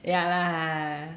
ya lah